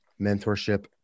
mentorship